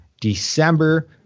December